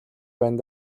байна